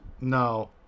no